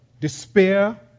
despair